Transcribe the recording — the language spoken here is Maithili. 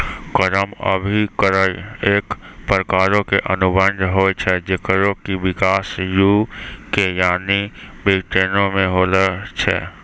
क्रय अभिक्रय एक प्रकारो के अनुबंध होय छै जेकरो कि विकास यू.के यानि ब्रिटेनो मे होलो छै